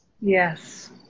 Yes